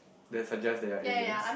that suggests that you're aliens